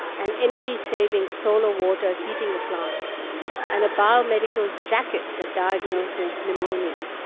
an energy saving solar-water heating appliance and a biomedical jacket that diagnoses pneumonia.